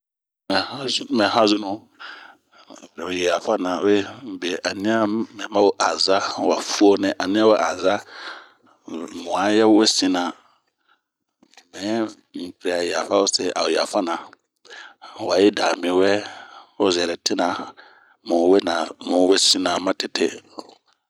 Mɛ hanzunu, yafana ueeh bie an nian mɛ ma 'oo aza, han fuo nɛ ya wo anian mɛ ma'o aza, mu 'aya wo sina wo. Mɛɛ unh piri'a yafa ose a o yafana, wa yi da mi wɛ ho zɛrɛ tina, mu we sina matete.